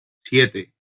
siete